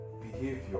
behavior